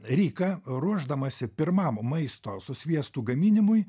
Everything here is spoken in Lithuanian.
rika ruošdamasi pirmam maisto su sviestu gaminimui